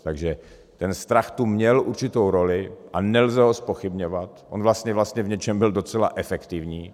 Takže ten strach tu měl určitou roli a nelze ho zpochybňovat, on vlastně v něčem byl docela efektivní.